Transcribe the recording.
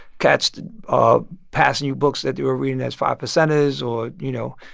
cats ah passing you books that they were reading as five percenters or you know,